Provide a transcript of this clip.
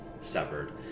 severed